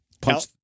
punch